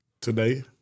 today